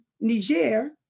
Niger